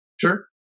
Sure